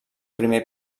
primer